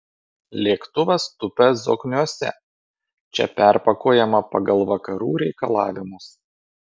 lėktuvas tupia zokniuose čia perpakuojama pagal vakarų reikalavimus